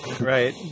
Right